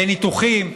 לניתוחים,